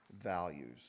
values